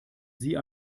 sie